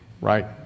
right